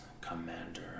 Commander